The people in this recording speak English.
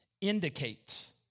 indicates